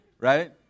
right